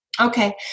Okay